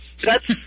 thats